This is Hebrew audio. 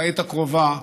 בעת הקרובה,